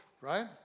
right